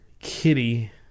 Kitty